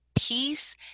peace